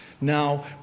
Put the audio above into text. Now